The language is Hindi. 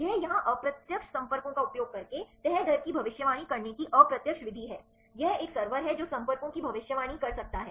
यह यहां अप्रत्यक्ष संपर्कों का उपयोग करके तह दर की भविष्यवाणी करने की अप्रत्यक्ष विधि है यह एक सर्वर है जो संपर्कों की भविष्यवाणी कर सकता है